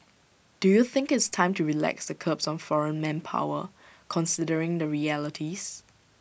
do you think it's time to relax the curbs on foreign manpower considering the realities